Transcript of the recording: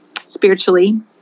spiritually